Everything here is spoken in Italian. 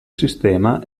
sistema